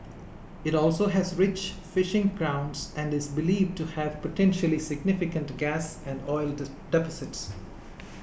it also has rich fishing grounds and is believed to have potentially significant gas and oil deposits